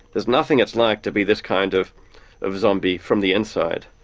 there's nothing it's like to be this kind of of zombie from the inside.